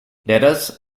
letters